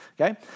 Okay